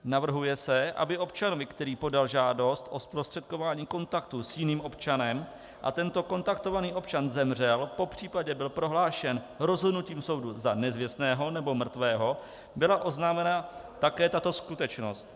Navrhuje se, aby občanovi, který podal žádost o zprostředkování kontaktu s jiným občanem, a tento kontaktovaný občan zemřel, popřípadě byl prohlášen rozhodnutím soudu za nezvěstného nebo mrtvého, byla oznámena také tato skutečnost.